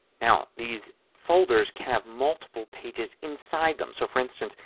now these folders can have multiple pages inside them. so, for instance,